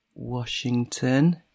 Washington